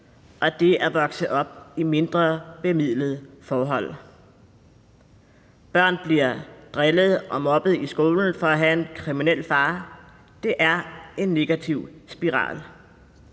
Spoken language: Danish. til at vokse op under mindre bemidlede forhold. Børn bliver drillet og mobbet i skolen for at have en kriminel far. Det er en negativ spiral.